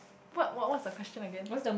what what's the question again